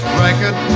record